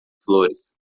flores